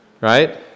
right